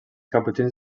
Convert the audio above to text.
caputxins